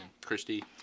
Christy